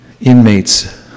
inmates